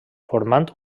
formant